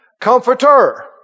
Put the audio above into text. Comforter